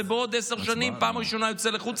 ובעוד עשר שנים פעם ראשונה יוצא לחוץ